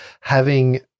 having-